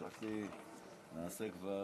חשבתי שנעשה כבר.